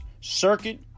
circuit